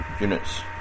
units